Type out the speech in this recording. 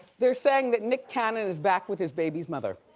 they're saying that nick cannon is back with his baby's mother.